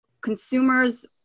consumers